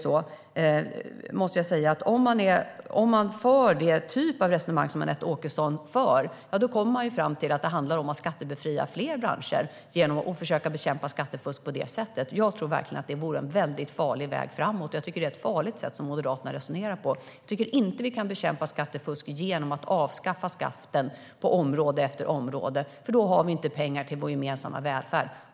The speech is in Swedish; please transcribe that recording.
Om man för den typen av resonemang som Anette Åkesson gör kommer man fram till att det handlar om att skattebefria fler branscher och att bekämpa skattefusk på det sättet. Jag tror verkligen att det vore en väldigt farlig väg framåt. Jag tycker att Moderaterna resonerar på ett farligt sätt. Vi kan inte bekämpa skattefusk genom att avskaffa skatten på område efter område. Då har vi inte pengar till vår gemensamma välfärd.